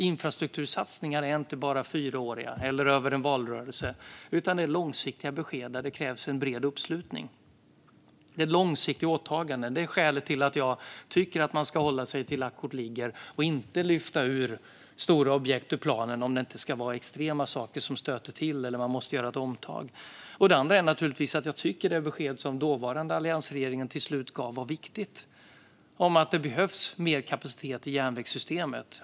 Infrastruktursatsningar är inte bara fyråriga och gäller inte bara över en valrörelse, utan det krävs långsiktiga besked med bred uppslutning. Det här är långsiktiga åtaganden. Det är skälet till att jag tycker att man ska hålla sig till att lagt kort ligger och inte lyfta ur stora objekt ur planen såvida det inte tillstöter extrema saker eller man måste göra ett omtag. Jag tycker dessutom att det besked som dåvarande alliansregeringen till slut gav var viktigt, det vill säga att det behövs mer kapacitet i järnvägssystemet.